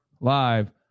live